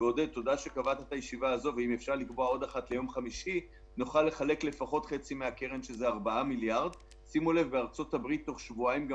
מבקש מהוועדה וגם מרוני לשקול זה עוד מנגנון אחד של הלוואות שוטפות של